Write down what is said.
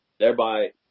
Thereby